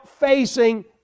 facing